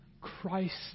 Christ